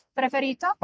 preferito